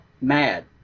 mad